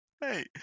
hey